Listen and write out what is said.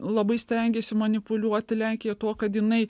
labai stengiasi manipuliuoti lenkija tuo kad jinai